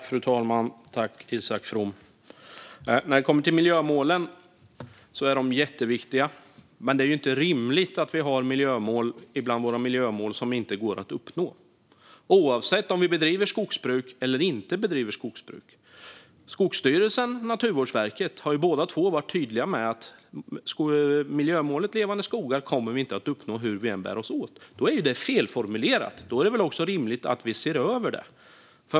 Fru talman! Miljömålen är jätteviktiga. Men det är inte rimligt att vi har miljömål som inte går att uppnå oavsett om vi bedriver skogsbruk eller inte bedriver skogsbruk. Skogsstyrelsen och Naturvårdsverket har båda varit tydliga med att vi inte kommer att uppnå miljömålet Levande skogar hur vi än bär oss åt. Då är det felformulerat. Då är det väl också rimligt att vi ser över det.